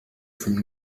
from